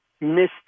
miss